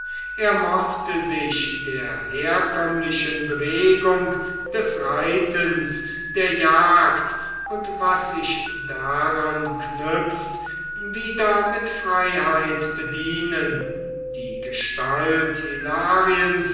er mochte sich der herkömmlichen bewegung des reitens der jagd und was sich daran knüpft wieder mit freiheit bedienen die gestalt